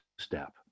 step